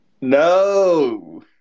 no